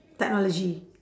technology